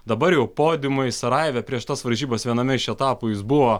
dabar jau podiumai sarajeve prieš tas varžybas viename iš etapų jis buvo